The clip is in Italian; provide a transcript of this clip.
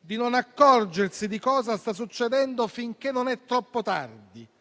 di non accorgersi di cosa sta succedendo finché non è troppo tardi,